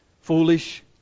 Foolish